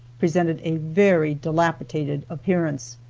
presented a very dilapidated appearance.